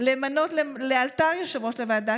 למנות לאלתר יושב-ראש לוועדה,